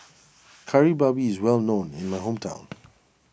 Kari Babi is well known in my hometown